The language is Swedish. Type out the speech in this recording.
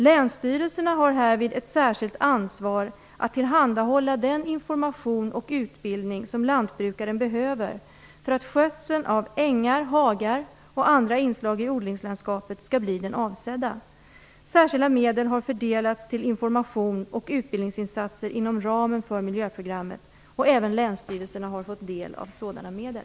Länsstyrelserna har härvid ett särskilt ansvar att tillhandahålla den information och utbildning som lantbrukaren behöver för att skötseln av ängar, hagar och andra inslag i odlingslandskapet skall bli den avsedda. Särskilda medel har fördelats till information och utbildningsinsatser inom ramen för miljöprogrammet. Även länsstyrelserna har fått del av sådana medel.